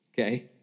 okay